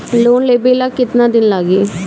Loan लेबे ला कितना दिन लाग जाई?